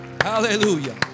Hallelujah